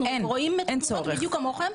אנחנו רואים את התמונות בדיוק כמוכם.